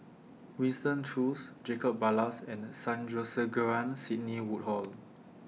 Winston Choos Jacob Ballas and Sandrasegaran Sidney Woodhull